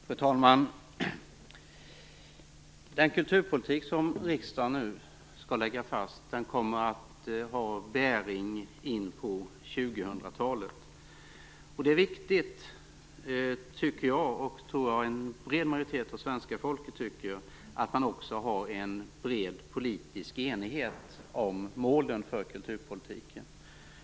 Fru talman! Den kulturpolitik som riksdagen nu skall lägga fast kommer att ha bäring in på 2000-talet. Det är viktigt, och det tror jag också att en bred majoritet av svenska folket tycker, att man har en bred politisk enighet om målen för kulturpolitiken.